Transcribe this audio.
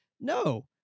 no